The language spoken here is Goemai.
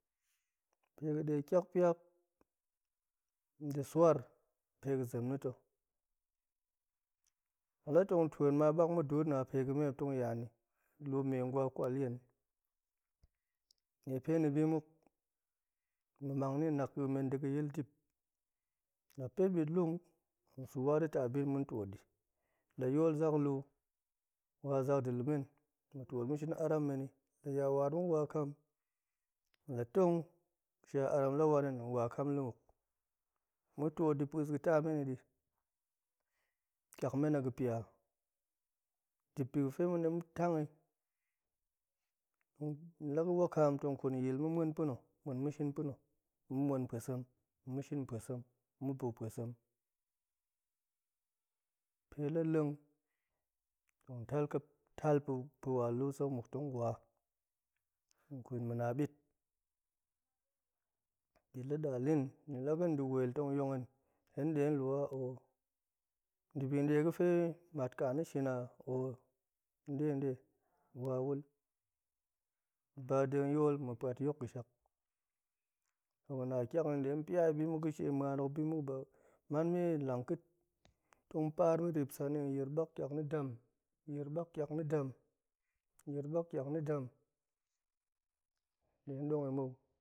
Pe ga̱ de kiakpia a pe ga̱ zem na̱ to ma̱p la tong tuhen ma bak muduut na̱ma a pe ga̱me ma̱p tong yaheni lu mai angwa kwalyen, niefe ni bimuk ma̱mang ni a naƙa̱men to ga̱yil dip hen la pet bit lung hen su bina̱ wa de too di la yol zak lu wazak da̱ lumen ma̱ tiot ma̱ shin arammen ni la yawar muk wa kam la tong ga̱ sha aram la wan hen wakam lumuk mu tiot di pus ga̱ tameni di tiak men a ga̱pia dip bi ga̱demen tong ma̱ tangi hen din la ga̱ wakaam tong kwal yin yil ma̱ muan pa̱na̱ muan ma̱ shin pa̱na̱ ma̱ muan pa̱sem, ma̱ shin pa̱sem, ma̱ buk pa̱sem. pe la leng tong tal kaper pa̱walu sekmuk tong wa tong kut ma̱ na bit, bit la dalin ni la ga̱de wel tong yong hen, hen delu a oo debi ga̱fe matka na̱ shin a oo nde nde ni wawul, la bade ga̱yol ma̱ pa̱t yok ga̱shak, ga̱ na tiak na̱ detong pia ga̱ she muanok bawai man wei lang ƙa̱t tong paar ma̱rep san kiak na̱ dam hen yir bak tiak na̱ dam hen yir bak kiak na̱ dam de dong mou,